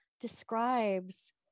describes